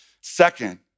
Second